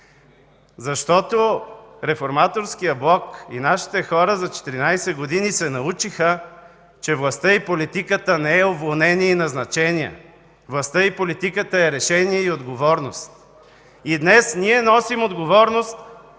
ГЕРБ. Реформаторският блок и нашите хора за четиринадесет години се научиха, че властта и политиката не е уволнения и назначения, властта и политиката е решения и отговорност. Днес ние носим отговорност